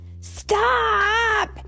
Stop